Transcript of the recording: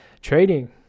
trading